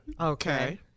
Okay